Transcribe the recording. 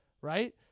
right